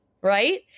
right